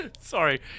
Sorry